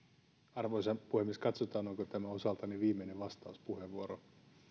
arvoisa puhemies katsotaan onko tämä osaltani viimeinen vastauspuheenvuoro